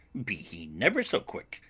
be he never so quick.